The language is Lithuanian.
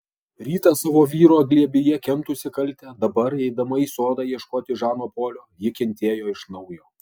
rytą savo vyro glėbyje kentusi kaltę dabar eidama į sodą ieškoti žano polio ji kentėjo iš naujo